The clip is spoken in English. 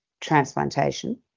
transplantation